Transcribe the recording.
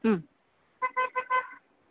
മ്